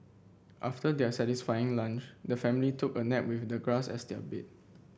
after their satisfying lunch the family took a nap with the grass as their bed